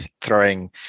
throwing